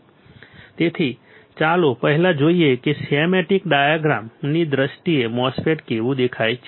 તેથી ચાલો પહેલા જોઈએ કે સ્કેમેટિક ડાયાગ્રામની દ્રષ્ટિએ MOSFET કેવું દેખાય છે